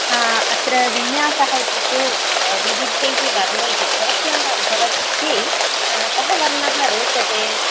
अत्र विन्यासः इत्युक्ते विविधैः वर्णैः भवत्याः भवत्यै कः वर्णः रोचते